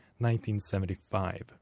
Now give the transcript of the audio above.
1975